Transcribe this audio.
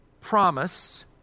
promised